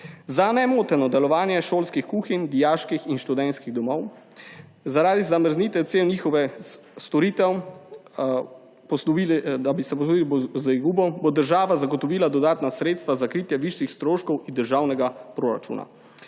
Za nemoteno delovanje šolskih kuhinj, dijaških in študentskih domov zaradi zamrznitve cen njihovih storitev, da bi pokrila izgubo, bo država zagotovila dodatna sredstva za kritje višjih stroškov iz državnega proračuna.